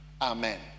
amen